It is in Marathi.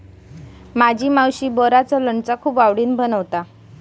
माझी मावशी बोराचा लोणचा खूप आवडीन बनवता